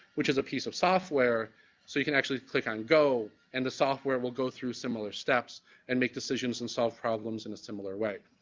which is a piece of software so you can actually click on go and the software will go through similar steps and make decisions and solve problems in a similar way.